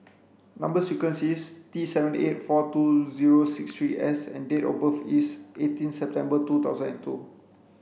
number sequence is T seven eight four two zero six three S and date of birth is eighteen September two thousand and two